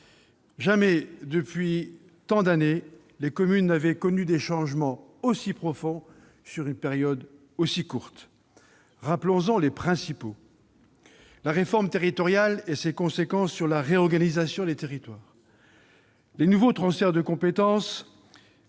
Jamais, depuis tant d'années, les communes n'avaient connu des changements aussi profonds dans une période aussi courte. Rappelons-en les principaux : la réforme territoriale et ses conséquences sur la réorganisation des territoires ; des nouveaux transferts de compétences